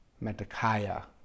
Metta-kaya